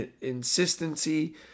insistency